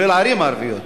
כולל הערים הערביות.